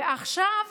ועכשיו